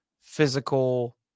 physical